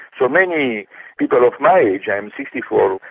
so many people of my age, i am sixty four,